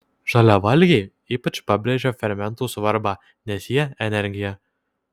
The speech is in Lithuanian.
žaliavalgiai ypač pabrėžia fermentų svarbą nes jie energija